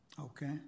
Okay